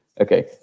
Okay